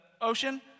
ocean